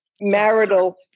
marital